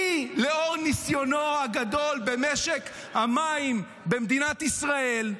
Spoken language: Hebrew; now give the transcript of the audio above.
אני, לאור ניסיונו הגדול במשק המים במדינת ישראל,